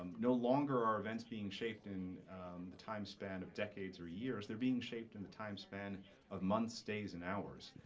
um no longer are events being shaped in the time span of decades or years. they're being shaped in the time span of months, days and hours.